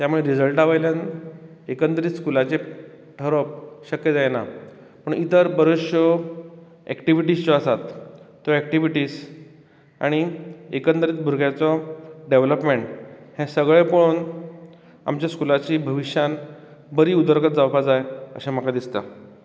त्यामुळे रिजल्टा वयल्यान एकंदरीत स्कुलाचें थरोवप शक्य जायना पूण इतर बऱ्योश्यो एक्टिविटीज ज्यो आसात त्यो एक्टिविटीज्स आनी एकंदरीत भुरग्याचो देवेल्पोमेंट हें सगळें पळोवन आमच्या स्कुलाची भविश्यांत बरी उदरगत जावपाक जाय अशें म्हाका दिसता